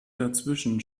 dazwischen